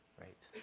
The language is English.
right?